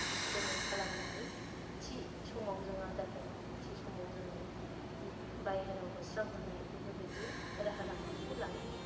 जोङो खालामनानै थि समाव जों आदार होनाय थि समाव जोङो बाहेराव होस्रांहरनाय बेफोरबायदि राहा लामाखौ लानांगौ